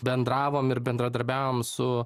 bendravom ir bendradarbiavom su